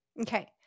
Okay